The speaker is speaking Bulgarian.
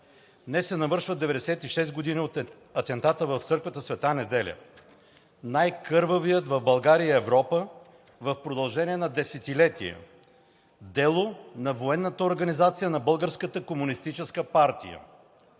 Днес се навършват 96 години от атентата в църквата „Св. Неделя“ – най-кървавият в България и в Европа в продължение на десетилетия, дело на военната организация на